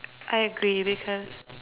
I agree because